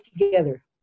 together